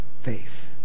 faith